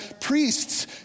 priests